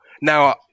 Now